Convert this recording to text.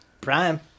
Prime